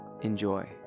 Enjoy